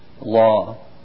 law